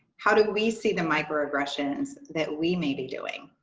how do we see the microaggressions that we may be doing?